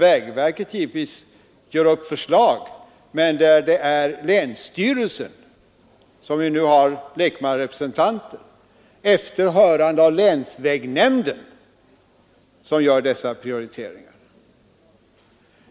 Vägverket gör givetvis upp förslag, men det är länsstyrelsen, som nu har lekmannarepresentanter, som efter hörande av länsvägnämnden gör dessa prioriteringar.